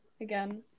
again